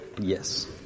Yes